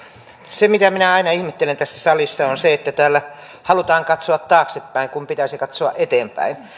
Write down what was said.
se mitä minä aina ihmettelen tässä salissa on se että täällä halutaan katsoa taaksepäin kun pitäisi katsoa eteenpäin